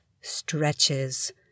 stretches